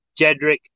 Jedrick